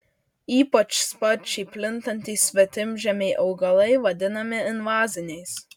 ypač sparčiai plintantys svetimžemiai augalai vadinami invaziniais